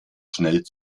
schnell